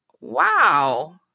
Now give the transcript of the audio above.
wow